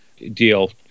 deal